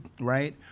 right